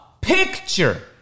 picture